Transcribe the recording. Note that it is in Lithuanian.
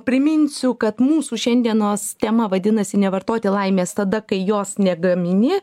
priminsiu kad mūsų šiandienos tema vadinasi nevartoti laimės tada kai jos negamini